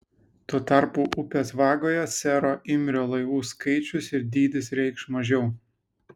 tuo tarpu upės vagoje sero imrio laivų skaičius ir dydis reikš mažiau